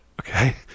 Okay